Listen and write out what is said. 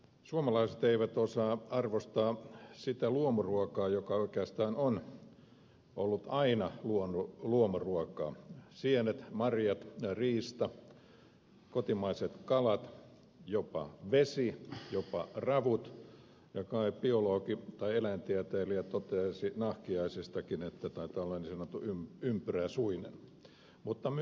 suomalaiset eivät osaa arvostaa sitä luomuruokaa joka oikeastaan on ollut aina luomuruokaa sienet marjat riista kotimaiset kalat jopa vesi jopa ravut ja kai biologi tai eläintieteilijä toteaisi niin nahkiaisestakin joka taitaa olla niin sanottu ympyräsuinen mutta myös poro